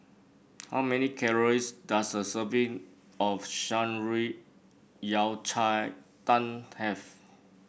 how many calories does a serving of Shan Rui Yao Cai Tang have